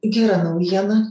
gera naujiena